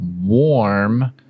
warm